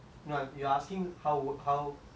how it's seen as a worst right